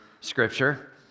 scripture